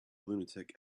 lunatic